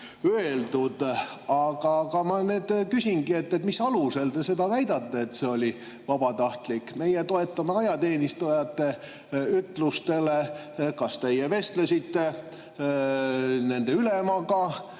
öeldud. Aga ma nüüd küsingi: mis alusel te seda väidate, et see oli vabatahtlik? Meie toetume ajateenijate ütlustele. Kas teie vestlesite nende ülemaga?